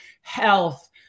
health